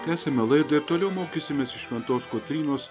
tęsiame laidą ir toliau mokysimės iš šventos kotrynos